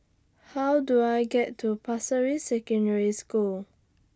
How Do I get to Pasir Ris Secondary School